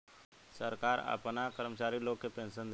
सरकार आपना कर्मचारी लोग के पेनसन देता